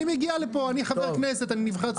אני מגיע לפה, אני חבר כנסת, אני נבחר ציבור.